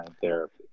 therapy